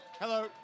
hello